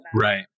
right